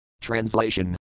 Translation